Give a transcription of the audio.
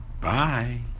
Bye